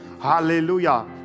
Hallelujah